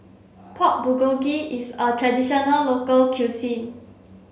Pork Bulgogi is a traditional local cuisine